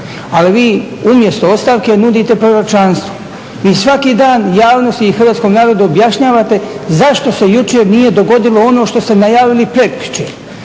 Ali vi umjesto ostavke nudite proročanstvo. Vi svaki dan javnosti i hrvatskom narodu objašnjavate zašto se jučer nije dogodilo ono što ste najavili prekjučer,